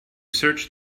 search